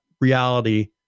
reality